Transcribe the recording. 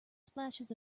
splashes